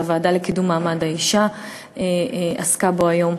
שהוועדה לקידום מעמד האישה עסקה בו היום.